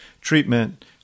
treatment